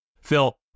Phil